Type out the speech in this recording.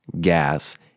gas